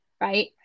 right